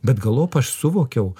bet galop aš suvokiau